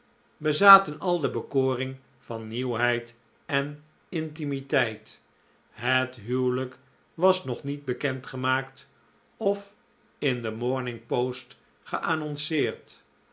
bezaten al de bekoring van nieuwheid en intimiteit het huwelijk was nog niet bekend gemaakt of in de morning post